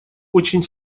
очень